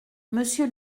monsieur